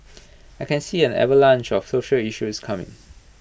I can see an avalanche of social issues coming